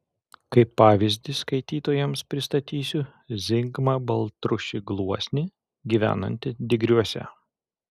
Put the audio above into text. kaip pavyzdį skaitytojams pristatysiu zigmą baltrušį gluosnį gyvenantį digriuose